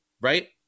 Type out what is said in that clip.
right